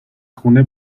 خونه